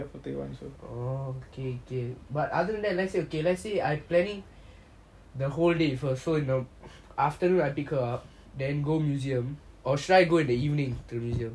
okay okay but other than that let's say okay let's say I planning the whole day for so you know afternoon I pick her up then go museum or should I go in the evening to the museum